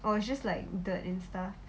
oh it's just like dirt and stuff